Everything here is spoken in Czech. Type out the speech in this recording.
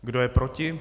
Kdo je proti?